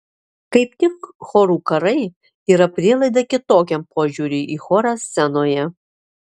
kaip tik chorų karai yra prielaida kitokiam požiūriui į chorą scenoje